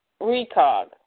recog